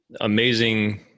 amazing